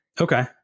Okay